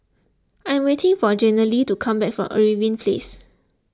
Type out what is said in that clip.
I am waiting for Jenilee to come back from Irving Place